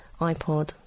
iPod